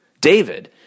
David